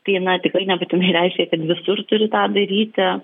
tai na tikrai nebūtinai reiškia kad visur turi tą daryti